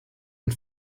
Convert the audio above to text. und